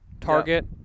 target